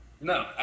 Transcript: No